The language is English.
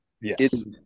Yes